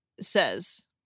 says